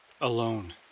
Alone